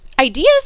ideas